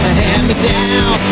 hand-me-down